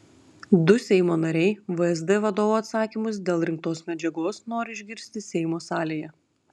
du seimo nariai vsd vadovo atsakymus dėl rinktos medžiagos nori išgirsti seimo salėje